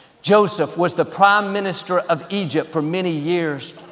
joseph was the prime minister of egypt for many years.